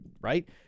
right